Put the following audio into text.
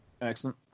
Excellent